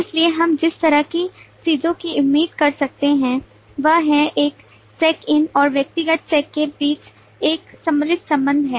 इसलिए हम जिस तरह की चीजों की उम्मीद कर सकते हैं वह है एक चेक इन और व्यक्तिगत चेक के बीच एक सम्मिलित संबंध है